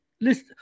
list